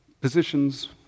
positions